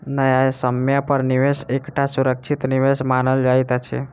न्यायसम्य पर निवेश एकटा सुरक्षित निवेश मानल जाइत अछि